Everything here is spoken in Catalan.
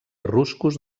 ruscos